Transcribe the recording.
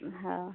हा